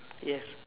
yes